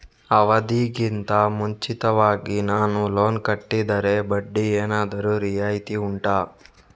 ಅವಧಿ ಗಿಂತ ಮುಂಚಿತವಾಗಿ ನಾನು ಲೋನ್ ಕಟ್ಟಿದರೆ ಬಡ್ಡಿ ಏನಾದರೂ ರಿಯಾಯಿತಿ ಉಂಟಾ